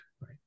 right